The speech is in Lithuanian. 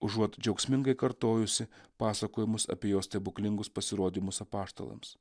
užuot džiaugsmingai kartojusi pasakojimus apie jo stebuklingus pasirodymus apaštalams